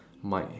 mic